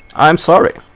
i'm sorry